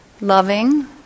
loving